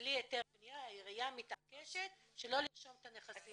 בלי היתר בניה העיריה מתעקשת שלא לרשום את הנכסים.